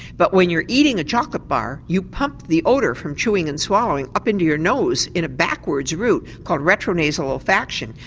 but when you're eating a chocolate bar you pump the odour from chewing and swallowing up into your nose in a backwards route called retro-nasal olfaction.